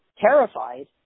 terrified